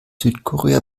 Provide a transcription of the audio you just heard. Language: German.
südkorea